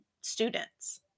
students